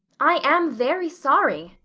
i am very sorry,